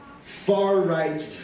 far-right